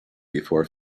before